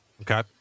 Okay